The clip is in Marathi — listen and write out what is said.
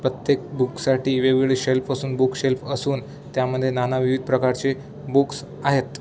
प्रत्येक बुकसाठी वेगवेगळे शेल्फ असून बुकशेल्फ असून त्यामध्ये नाना विविध प्रकारचे बुक्स आहेत